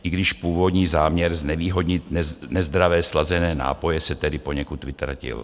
I když původní záměr znevýhodnit nezdravé slazené nápoje se tedy poněkud vytratil.